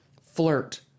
flirt